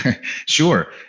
Sure